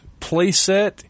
playset